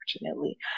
unfortunately